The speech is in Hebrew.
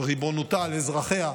על ריבונותה, על אזרחיה,